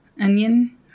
onion